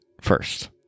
first